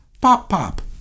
Pop-Pop